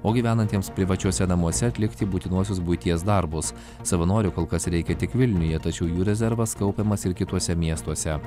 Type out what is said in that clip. o gyvenantiems privačiuose namuose atlikti būtinuosius buities darbus savanorių kol kas reikia tik vilniuje tačiau jų rezervas kaupiamas ir kituose miestuose